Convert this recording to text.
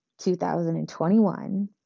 2021